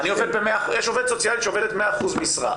--- ואם יש עובדת סוציאלית שעובדת 100% משרה,